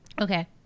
Okay